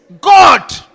God